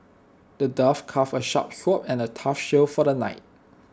the dwarf crafted A sharp sword and A tough shield for the knight